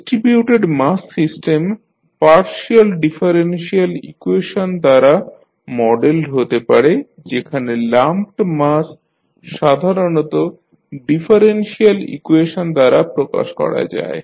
distributed mass system partial differential equation দ্বারা modelled হতে পারে যেখানে লাম্পড মাস সাধারণ ডিফারেনশিয়াল ইকুয়েশন দ্বারা প্রকাশ করা যায়